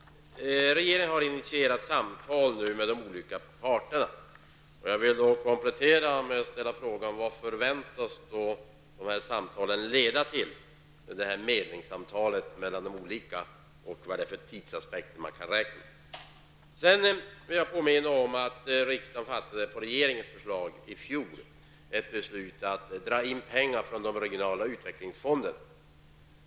Regeringen har nu initierat medlingssamtal med de olika parterna. Jag vill då ställa den kompletterande frågan: Vad förväntas dessa samtal leda till och vilken tidsaspekt kan man räkna med? Jag vill också påminna om att riksdagen i fjol på regeringens förslag fattade ett beslut om att dra in pengar från de regionala utvecklingsfonderna.